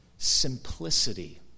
Simplicity